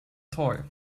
toy